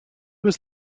was